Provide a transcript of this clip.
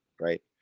Right